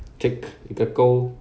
tick 一个勾